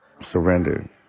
surrender